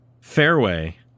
Fairway